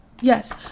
Yes